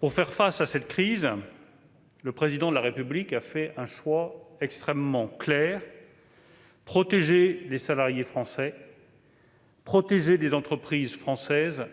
Pour faire face à cette crise, le Président de la République a fait un choix extrêmement clair : protéger les salariés français et les entreprises françaises,